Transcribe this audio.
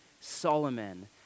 Solomon